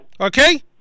Okay